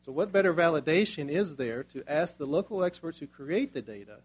so what better validation is there to ask the local experts who create the data